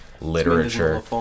literature